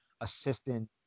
assistant